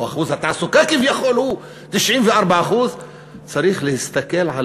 או אחוז התעסוקה הוא כביכול 94%. צריך להסתכל על